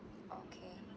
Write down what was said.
okay